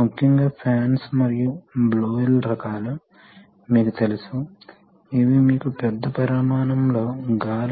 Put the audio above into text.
ని తీసుకోవచ్చు మరియు అది స్ట్రోక్ యొక్క పొడవుపై స్థిరంగా ఉంటుంది వాస్తవానికి ఈ వాల్వ్స్ స్ట్రోక్ పొడవు చాలా చిన్నదని పేర్కొనాలి